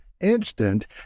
instant